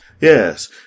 yes